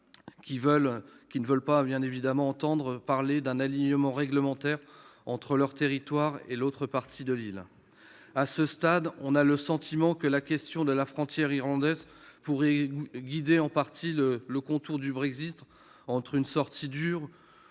qui ne veulent pas entendre parler d'un alignement réglementaire entre leur territoire et l'autre partie de l'île. À ce stade, on a le sentiment que la question de la frontière irlandaise pourrait guider en partie les contours du Brexit, entre sortie dure